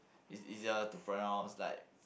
is easier to pronounce like